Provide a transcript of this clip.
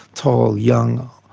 tall, young,